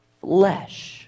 flesh